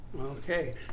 okay